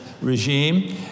regime